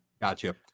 Gotcha